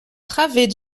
travée